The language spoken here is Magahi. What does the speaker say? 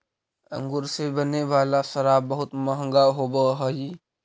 अंगूर से बने वाला शराब बहुत मँहगा होवऽ हइ